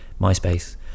myspace